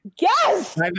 Yes